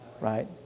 Right